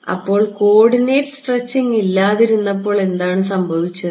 അപ്പോൾ coordinate stretching ഇല്ലാതിരുന്നപ്പോൾ എന്താണ് സംഭവിച്ചത്